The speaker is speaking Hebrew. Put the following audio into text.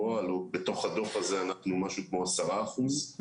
בתוך הדוח הזה אנחנו משהו כמו 10 אחוז,